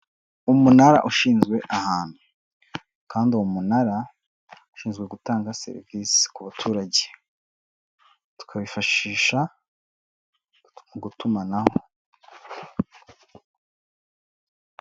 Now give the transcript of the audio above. Umunara ushinzwe ahantu, kandi uwo munara ushinzwe gutanga serivisi ku baturage, tukawifashisha mu gutumanaho.